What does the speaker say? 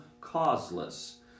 causeless